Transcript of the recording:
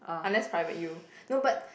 unless private U no but